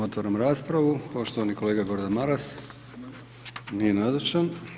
Otvaram raspravu, poštovani kolega Gordan Maras, nije nazočan.